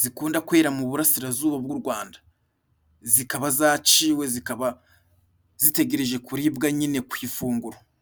zikunda kwera mu busirazuba bw'u Rwanda. Zikaba zaciwe zikaba ziteguye kuribwa nyine ku ifunguro.